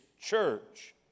church